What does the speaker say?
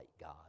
God